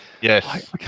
Yes